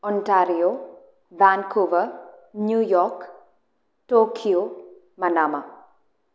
Ontario Vancouver New York Tokyo Manama